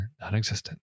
non-existent